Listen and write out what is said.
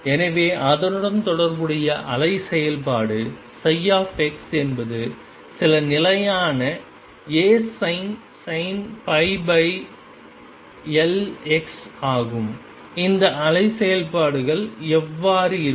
எனவே அதனுடன் தொடர்புடைய அலை செயல்பாடு ψ என்பது சில நிலையான Asin nπL x ஆகும் இந்த அலை செயல்பாடுகள் எவ்வாறு இருக்கும்